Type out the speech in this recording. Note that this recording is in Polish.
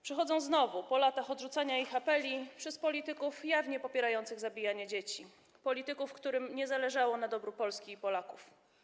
Przychodzą znowu, po latach odrzucania ich apeli przez polityków jawnie popierających zabijanie dzieci, polityków, którym nie zależało na dobru Polski i Polaków.